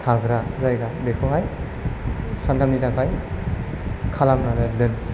थाग्रा जायगा बेखौहाय सानथामनि थाखाय खालामनानै दोन